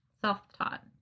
Self-taught